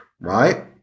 right